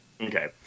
okay